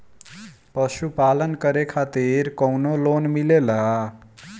पशु पालन करे खातिर काउनो लोन मिलेला?